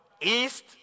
east